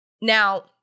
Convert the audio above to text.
Now